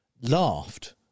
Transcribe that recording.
laughed